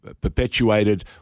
perpetuated